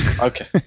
okay